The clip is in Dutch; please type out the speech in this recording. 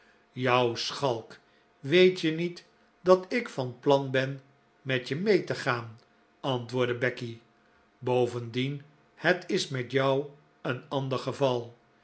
jou schalk weet je niet dat ik van plan ben met je mee te gaan antwoordde becky bovendien het is met jou een ander geval